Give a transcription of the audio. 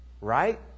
Right